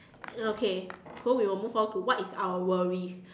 okay so we will move on to what is our worries